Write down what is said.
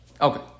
Okay